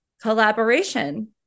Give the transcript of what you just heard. collaboration